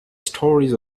stories